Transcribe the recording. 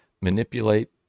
manipulate